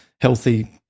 healthy